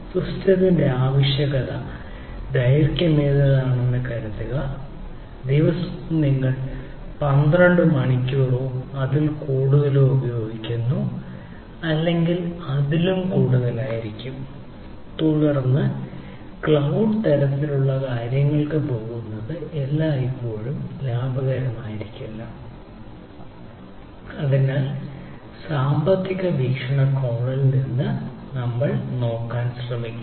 സിസ്റ്റത്തിന്റെ ആവശ്യകത ദൈർഘ്യമേറിയതാണെന്ന് കരുതുക ദിവസവും നിങ്ങൾ 12 മണിക്കൂറോ അതിൽ കൂടുതലോ ഉപയോഗിക്കുന്നു അല്ലെങ്കിൽ അതിലും കൂടുതലായിരിക്കാം തുടർന്ന് ക്ലൌഡ് തരത്തിലുള്ള കാര്യങ്ങൾക്കായി പോകുന്നത് എല്ലായ്പ്പോഴും ലാഭകരമായിരിക്കില്ല അതിനാൽ സാമ്പത്തിക വീക്ഷണകോണിൽ നമ്മൾ നോക്കാൻ ശ്രമിക്കും